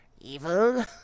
evil